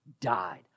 died